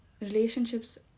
relationships